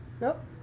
Nope